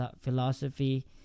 philosophy